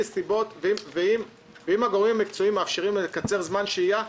אם הגורמים המקצועיים מאפשרים לקצר זמן שהייה,